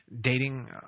Dating